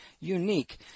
unique